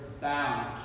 bound